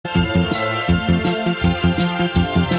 מוזיקה